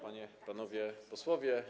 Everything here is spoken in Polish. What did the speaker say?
Panie, Panowie Posłowie!